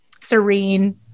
serene